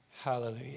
Hallelujah